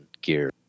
Gear